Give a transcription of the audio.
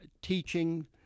teaching